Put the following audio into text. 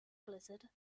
blizzard